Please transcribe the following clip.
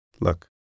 Look